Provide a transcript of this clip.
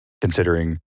considering